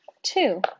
Two